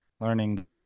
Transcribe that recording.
learning